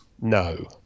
No